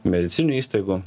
medicininių įstaigų